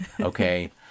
okay